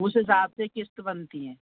उस हिसाब से किस्त बनती हैं